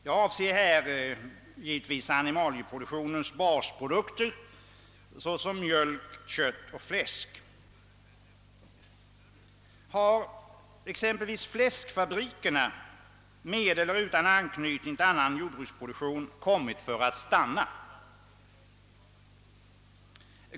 Jag avser här givetvis animalieproduktionens basprodukter såsom mjölk, kött och fläsk. Har exempelvis fläskfabrikerna, med eller utan anknytning till annan jordbruksproduktion, kommit för att stanna?